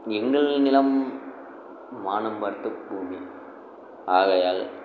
எங்கள் நிலம் வானம் பார்த்த பூமி ஆகையால்